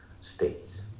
states